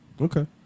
Okay